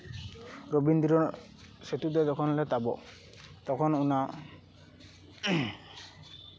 ᱨᱚᱵᱤᱱᱫᱨᱚ ᱥᱮᱛᱩ ᱛᱮ ᱡᱚᱠᱷᱚᱱ ᱞᱮ ᱛᱟᱵᱚᱜ ᱛᱚᱠᱷᱚᱱ ᱚᱱᱟ